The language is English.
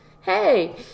Hey